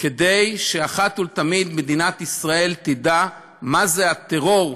כדי שאחת ולתמיד מדינת ישראל תדע מה זה הטרור,